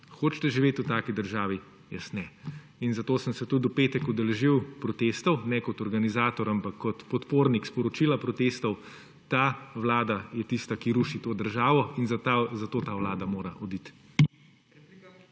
Hočete živet v takšni državi? Jaz ne. In zato sem se tudi v petek udeležil protestov, ne kot organizator, ampak kot podpornik sporočila protestov ta vlada je tista, ki ruši to državo in zato ta vlada mora oditi.